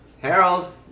Harold